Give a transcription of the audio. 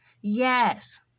Yes